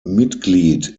mitglied